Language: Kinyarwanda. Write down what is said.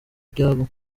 ibyabo